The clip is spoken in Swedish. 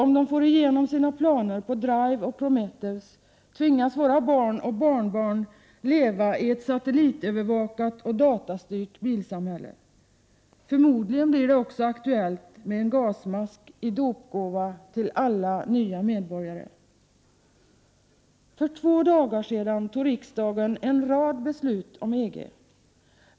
Om de får igenom sina planer på DRIVE och Prometheus, tvingas våra barn och barnbarn leva i ett satellitövervakat och datastyrt bilsamhälle. Förmodligen blir det också aktuellt med en gasmask i dopgåva till alla nya medborgare. För två dagar sedan tog riksdagen en rad beslut om EG.